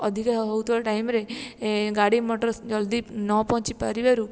ଅଧିକ ହଉଥିବା ଟାଇମ୍ରେ ଗାଡ଼ି ମଟର ଜଲ୍ଦି ନ ପହଞ୍ଚି ପାରିବାରୁ